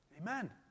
Amen